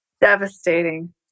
Devastating